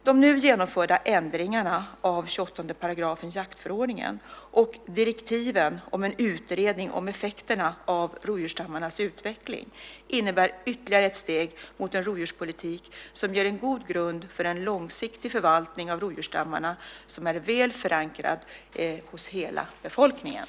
De nu genomförda ändringarna av 28 § jaktförordningen och direktiven om en utredning om effekterna av rovdjursstammarnas utveckling innebär ytterligare ett steg mot en rovdjurspolitik som ger en god grund för en långsiktig förvaltning av rovdjursstammarna som är väl förankrad hos hela befolkningen.